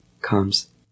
comes